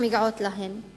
מגיעות להן?